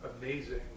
amazing